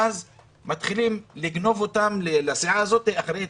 ואז מתחילים לגנוב אותם לסיעה הזאת אחרי התפלגות,